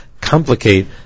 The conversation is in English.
complicate